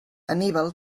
anníbal